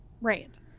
right